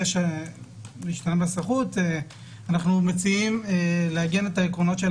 אנחנו מציעים לעגן את העקרונות של